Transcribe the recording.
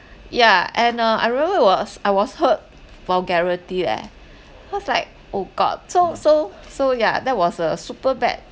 yeah and uh I remember it was I was hurt vulgarity eh I was like oh god so so so yeah that was uh super bad